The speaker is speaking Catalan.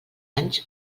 anys